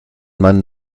man